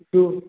একটু